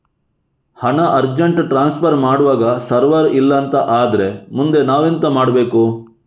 ಹಣ urgent transfer ಮಾಡ್ವಾಗ server ಇಲ್ಲಾಂತ ಆದ್ರೆ ಮುಂದೆ ನಾವೆಂತ ಮಾಡ್ಬೇಕು?